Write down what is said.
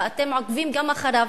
ואתם גם עוקבים אחריו,